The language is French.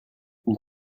une